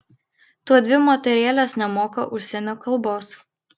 tuodvi moterėlės nemoka užsienio kalbos